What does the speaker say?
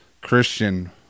Christian